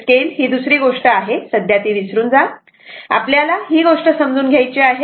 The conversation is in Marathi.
स्केल ही दुसरी गोष्ट आहे सध्या ती विसरून जा आपल्याला ही गोष्ट समजून घ्यायची आहे